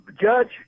Judge